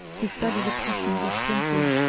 who study the passions of princes,